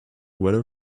weather